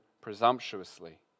presumptuously